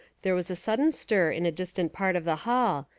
there was a sudden stir in a distant part of the hall,